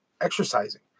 exercising